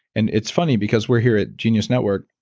and it's funny because we're here at genius network,